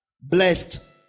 Blessed